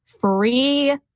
free